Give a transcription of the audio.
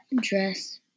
dress